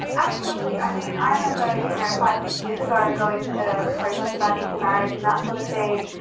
and absolutely. i mean, i remember, you know, five, six years ago going to protests about equal marriage and that sort of thing.